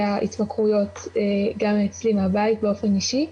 ההתמכרויות גם אצלי מהבית באופן אישי,